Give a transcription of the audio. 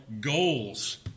goals